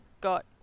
got